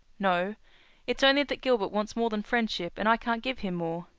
no it's only that gilbert wants more than friendship and i can't give him more.